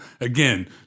Again